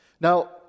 Now